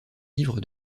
livre